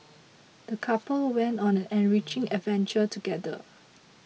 the couple went on an enriching adventure together